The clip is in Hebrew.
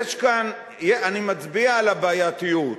אני מצביע על הבעייתיות,